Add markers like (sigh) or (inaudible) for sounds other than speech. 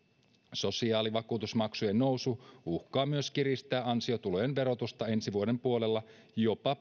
sosiaalivakuutusmaksujen nousu uhkaa myös kiristää ansiotulojen verotusta ensi vuoden puolella jopa (unintelligible)